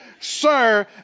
sir